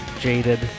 jaded